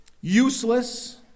useless